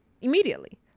immediately